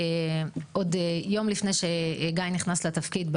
יום לפני שגיא נכנס לתפקיד,